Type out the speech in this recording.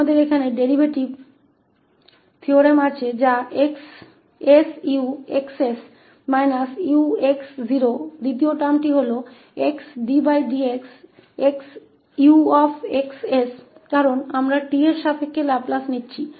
हमारे यहां derivative theorem 𝑠𝑈𝑥 𝑠 𝑥 0 है दूसरा पद xddxUxs है क्योंकि हम t के संबंध में लैपलेस ले रहे हैं